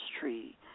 tree